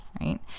right